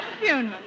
Funeral